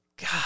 god